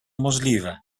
możliwe